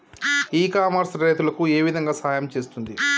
ఇ commerce రైతులకు ఏ విధంగా సహాయం చేస్తుంది?